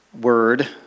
word